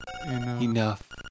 Enough